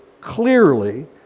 clearly